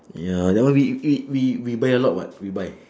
ya that one we eat we we buy a lot [what] we buy